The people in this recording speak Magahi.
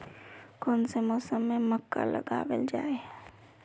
कोन सा मौसम में मक्का लगावल जाय है?